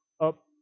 up